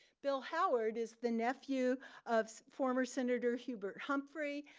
bill howard is the nephew of former senator hubert humphrey,